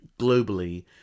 globally